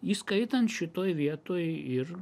įskaitant šitoj vietoj ir